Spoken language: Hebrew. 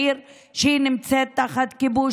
בעיר שנמצאת תחת כיבוש,